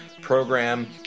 program